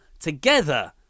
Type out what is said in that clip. Together